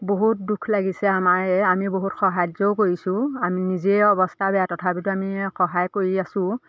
বহুত দুখ লাগিছে আমাৰেই আমি বহুত সাহায্যও কৰিছোঁ আমৰ নিজৰে অৱস্থা বেয়া তথাপিতো আমি সহায় কৰি আছো